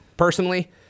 Personally